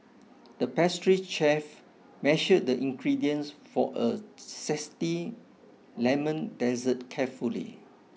the pastry chef measured the ingredients for a zesty lemon dessert carefully